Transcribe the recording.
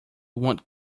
won’t